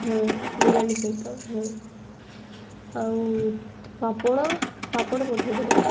ହଁ ବିରିୟାନୀ ସହିତ ହଁ ଆଉ ପାମ୍ପଡ଼ ପାମ୍ପଡ଼ ପଠାଇ ଦେବେ